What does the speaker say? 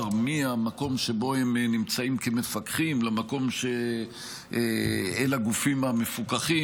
מהמקום שבו הם נמצאים כמפקחים אל הגופים המפוקחים,